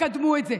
תקדמו את זה.